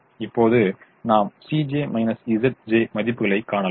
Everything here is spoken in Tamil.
இப்போது நாம் மதிப்புகளைக் காணலாம்